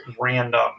random